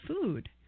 food